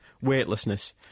weightlessness